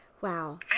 wow